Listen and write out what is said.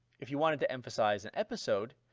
if you wanted to emphasize an episode,